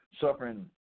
suffering